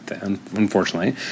unfortunately